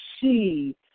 see